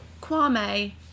Kwame